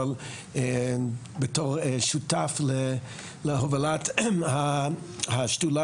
אבל קודם וגם בתור שותף להובלת השדולה